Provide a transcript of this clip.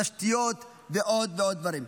תשתיות ועוד ועוד דברים.